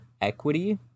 equity